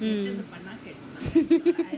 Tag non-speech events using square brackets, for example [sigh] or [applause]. mm [laughs]